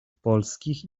polskich